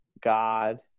God